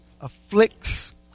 afflicts